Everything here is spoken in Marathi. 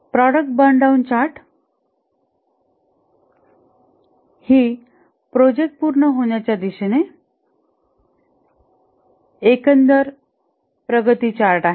प्रॉडक्ट बर्न डाउन चार्ट ही प्रोजेक्ट पूर्ण होण्याच्या दिशेने एकंदर प्रगती चार्ट आहे